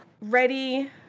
ready